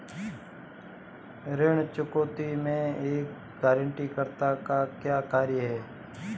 ऋण चुकौती में एक गारंटीकर्ता का क्या कार्य है?